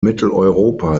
mitteleuropa